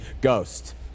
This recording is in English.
Ghost